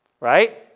Right